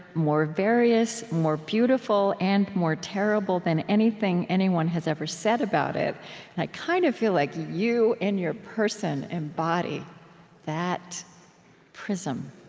more various, more beautiful, and more terrible than anything anyone has ever said about it. and i kind of feel like you, in your person, embody that prism